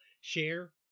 share